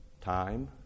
Time